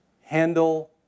Handle